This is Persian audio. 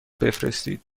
بفرستید